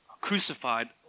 crucified